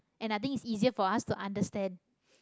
and i think is easier for us to understand